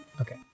Okay